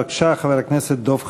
בבקשה, חבר הכנסת דב חנין.